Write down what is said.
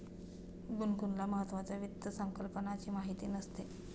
गुनगुनला महत्त्वाच्या वित्त संकल्पनांची माहिती नसते